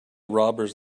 robbers